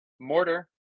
Mortar